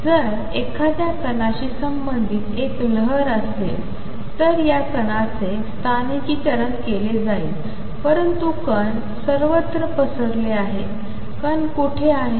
जर एखाद्या कणाशी संबंधित एक लहरी असेल तर या कणाचे स्थानिकीकरण केले जाईल परंतु कण सर्वत्र् पसरले आहे कण कोठे आहे